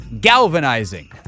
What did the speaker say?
galvanizing